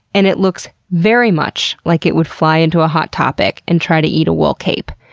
and it looks very much like it would fly into a hot topic and try to eat a wool cape.